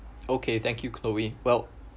okay thank you chloe well